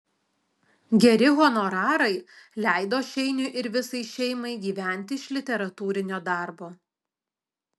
geri honorarai leido šeiniui ir visai šeimai gyventi iš literatūrinio darbo